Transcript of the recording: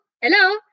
hello